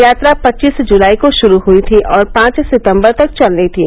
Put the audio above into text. यात्रा पचीस जुलाई को शुरू हुई थी और पांच सितम्बर तक चलनी थी